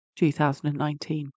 2019